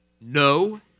No